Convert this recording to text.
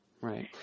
Right